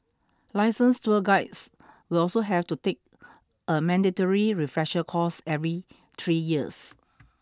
licensed tour guides will also have to take a mandatory refresher course every three years